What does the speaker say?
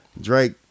Drake